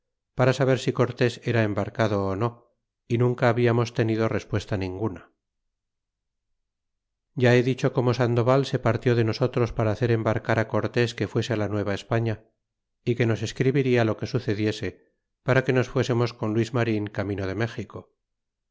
para saber si cortés era embarcado ó no y nunca hablamos tenido respuesta ninguna ya he dicho como sandoval se partió de nosotros para hacer embarcar cortés que fuese la nuevaespaña y que nos escribirla lo que sucediese para que nos fuésemos con luis marin camino de méxico